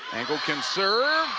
engelken serve,